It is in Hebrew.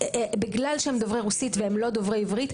בגלל שהם דוברי רוסית והם לא דוברי עברית,